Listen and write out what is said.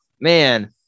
man